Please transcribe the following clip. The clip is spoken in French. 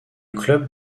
club